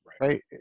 right